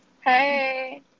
Hey